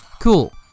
Cool